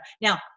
Now